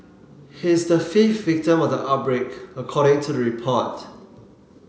he's the fifth victim of the outbreak according to report